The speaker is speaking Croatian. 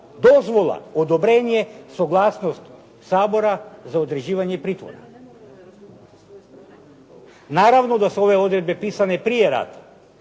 dozvola, odobrenje, suglasnost Sabora za određivanje pritvora. Naravno da su ove odredbe pisane prije rata,